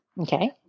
Okay